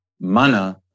mana